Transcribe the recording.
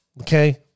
Okay